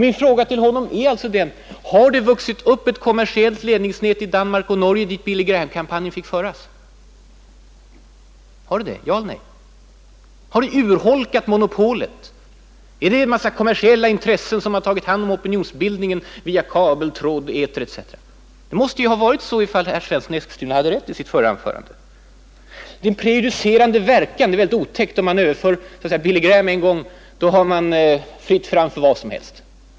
Min fråga till herr Svensson blir denna. Har det vuxit upp ett kommersiellt ledningsnät i Danmark och Norge dit Billy Grahams kampanj fick överföras? Ja eller nej! Har det urholkat monopolet? Är det en massa kommersiella intressen som tagit hand om opinionsbildningen i Danmark och Norge, via kabel, tråd, eter etc.? Det måste ju vara så om herr Svensson i Eskilstuna hade rätt i sitt förra anförande. Det har en ”prejudicerande verkan”, och det är väldigt otäckt, menar herr Svensson. Om man överför Billy Graham då har man med en gång fritt fram för vad som helst, trodde han.